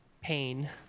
pain